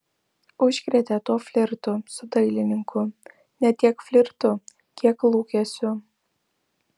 užkrėtė tuo flirtu su dailininku ne tiek flirtu kiek lūkesiu